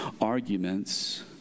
arguments